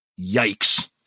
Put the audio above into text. Yikes